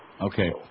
Okay